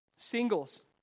Singles